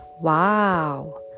Wow